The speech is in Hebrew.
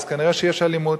אז כנראה שיש אלימות.